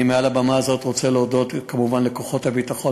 מעל הבמה הזו אני רוצה להודות כמובן לכוחות הביטחון,